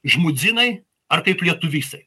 žmudzinai ar kaip lietuvisai